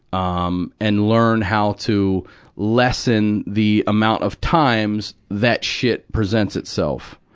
um, and learn how to lessen the amount of times that shit presents itself.